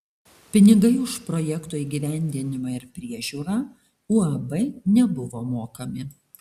pinigai už projekto įgyvendinimą ir priežiūrą uab nebuvo mokami